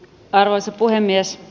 arvoisa puhemies